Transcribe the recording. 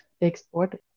export